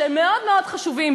שהם מאוד מאוד חשובים,